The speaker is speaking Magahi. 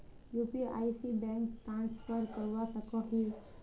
यु.पी.आई से बैंक ट्रांसफर करवा सकोहो ही?